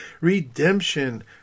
redemption